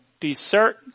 desert